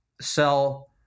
sell